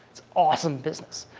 awesome business.